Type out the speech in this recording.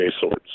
Swords